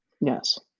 Yes